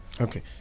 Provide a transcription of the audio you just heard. Okay